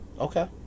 Okay